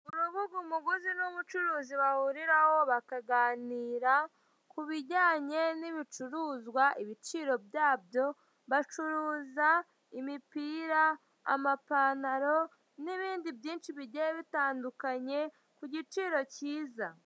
Urubuga umuguzi n'umucuruzi bahuriraho bakaganira ku bijyanye n'ibicuruzwa, ibiciro byabyo, bacuruza imipira, amapantaro n'ibindi byinshi bigiye bitandukanye, ku giciro cyiza.